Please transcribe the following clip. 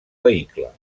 vehicle